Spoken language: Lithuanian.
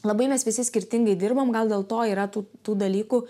labai mes visi skirtingai dirbam gal dėl to yra tų tų dalykų